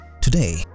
Today